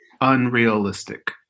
unrealistic